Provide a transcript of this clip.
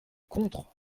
contre